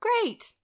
Great